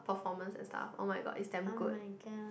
performance and stuff oh-my-god it's damn good